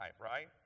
right